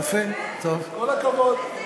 כל הכבוד.